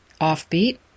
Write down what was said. offbeat